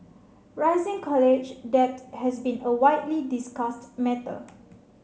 rising college debt has been a widely discussed matter